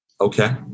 Okay